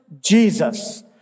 Jesus